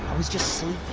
was just